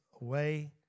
away